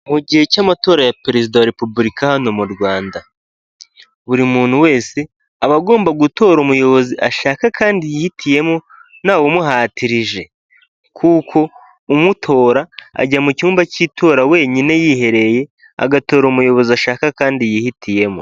Mu gihe cy'amatora ya Perezida wa Repubulika hano mu Rwanda, buri muntu wese, aba agomba gutora umuyobozi ashaka kandi yihitiyemo, ntawumuhatirije. Kuko umutora, ajya mu cyumba cy'itora wenyine yiherereye, agatora umuyobozi ashaka kandi yihitiyemo.